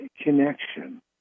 connection